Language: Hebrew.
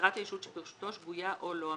הצהרת הישות שברשותו שגויה או לא אמינה.